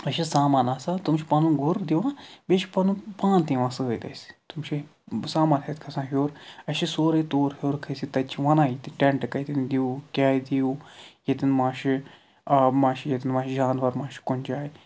اَسہِ چھُ سامان آسان تِم چھِ پَنُن گُر دِوان بیٚیہِ چھِ پَنُن پان تہِ یِوان سۭتۍ اَسہِ تِم چھِ سامان ہٮ۪تھ کھَسان ہیوٚر اَسہِ چھِ سورُے توٗرۍ ہیوٚر کھٔسِتھ تتہِ چھِ ونان یہِ تہِ ٹٮ۪نٛٹ کَتٮ۪ن دِیِو کیاہ دِیِو ییٚتٮ۪ن ما چھِ آب ما چھِ ییٚتٮ۪ن ما چھِ جانوَر ما چھِ کُنہِ جاے